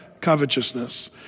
covetousness